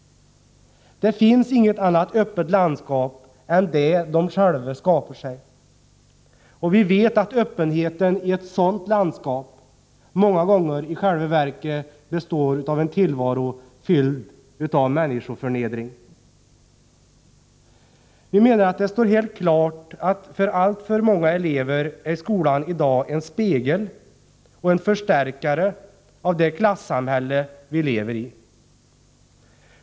Det finns inget annat öppet landskap än det de själva skapar sig. Vi vet att öppenheten i ett sådant landskap många gånger i själva verket består av en tillvaro fylld av människoförnedring. Vi menar att det står helt klart att skolan i dag för alltför många elever är en spegel och en förstärkare av det klassamhälle vi lever i.